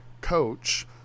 coach